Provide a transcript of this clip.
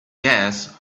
gas